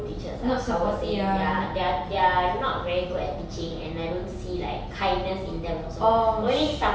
teachers ah I would say ya they're they're not very good at teaching and I don't see like kindness in them also only some